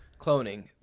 cloning